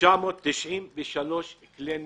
993 כלי נשק.